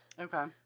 okay